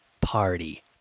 party